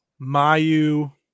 Mayu